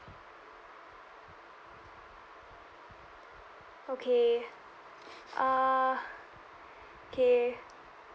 okay uh K